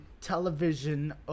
television